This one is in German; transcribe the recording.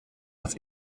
das